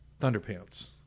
Thunderpants